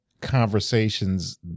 conversations